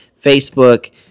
Facebook